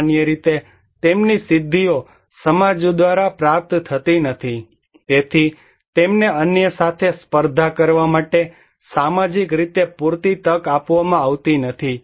સામાન્ય રીતે તેમની સિદ્ધિઓ સમાજ દ્વારા પ્રાપ્ત થતી નથી તેથી તેમને અન્ય સાથે સ્પર્ધા કરવા માટે સામાજિક રીતે પૂરતી તક આપવામાં આવતી નથી